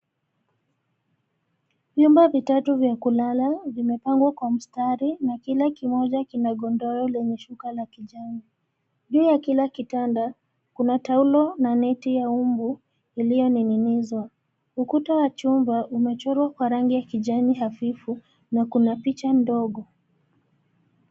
Nyumba vitatu vya kulala vimepangwa kwa mstari na kila kimoja kina godoro lenye shuka la kijani. Juu ya kila kitanda kuna taulo na neti ya mbu iliyoning'inizwa . Ukuta wa chumba umechorwa kwa rangi ya kijani hafifu na kuna picha mdogo.